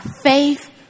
faith